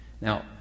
Now